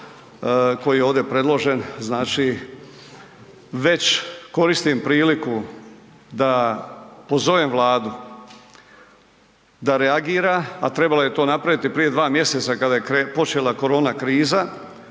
koji je ovdje predložen znači već koristim priliku da pozovem Vladu da reagira, a trebala je to napraviti prije 2 mjeseca kada je počela korona kriza.